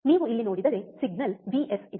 ನೀವು ಇಲ್ಲಿ ನೋಡಿದರೆ ಸಿಗ್ನಲ್ ವಿಎಸ್ ಇದೆ